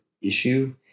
issue